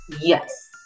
Yes